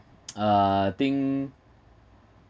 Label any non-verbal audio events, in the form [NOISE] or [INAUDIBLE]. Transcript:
[NOISE] uh thing